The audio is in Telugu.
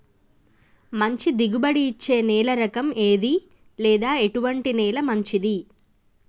మంచి దిగుబడి ఇచ్చే నేల రకం ఏది లేదా ఎటువంటి నేల మంచిది?